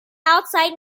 outside